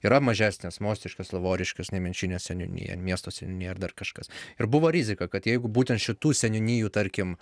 yra mažesnės mostiškės lavoriškės nemenčinės seniūnija miesto seniūniją ar dar kažkas ir buvo rizika kad jeigu būtent šitų seniūnijų tarkim